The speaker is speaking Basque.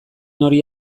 hori